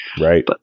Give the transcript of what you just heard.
Right